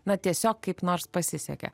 na tiesiog kaip nors pasisekė